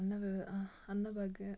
ಅನ್ನ ವ್ಯ ಅನ್ನಭಾಗ್ಯ